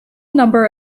number